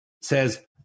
says